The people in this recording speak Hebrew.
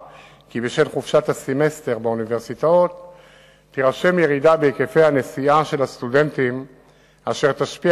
בירושלים לא קיימות מוניות שירות כאלו.